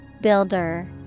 Builder